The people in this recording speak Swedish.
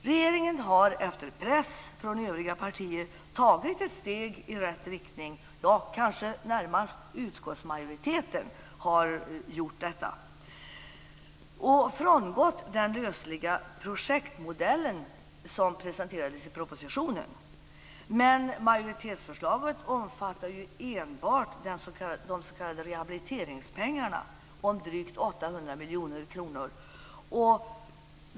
Regeringen har efter press från övriga partier tagit ett steg i rätt riktning - det kanske närmast är utskottsmajoriteten som har gjort detta - och frångått den lösliga projektmodellen som presenterades i propositionen. Men majoritetsförslaget omfattar ju enbart de s.k. rehabiliteringspengarna om drygt 800 miljoner kronor.